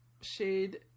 shade